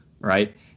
right